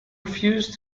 refused